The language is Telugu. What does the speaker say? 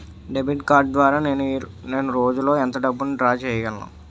డెబిట్ కార్డ్ ద్వారా నేను రోజు లో ఎంత డబ్బును డ్రా చేయగలను?